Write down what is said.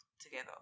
together